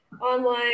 online